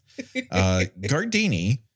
Gardini